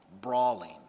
brawling